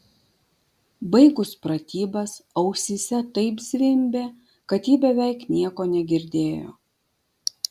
baigus pratybas ausyse taip zvimbė kad ji beveik nieko negirdėjo